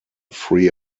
free